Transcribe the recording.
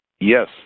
Yes